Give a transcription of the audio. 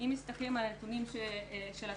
אם מסתכלים על נתוני התלמידים,